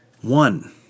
One